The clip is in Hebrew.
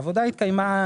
העבודה התקיימה.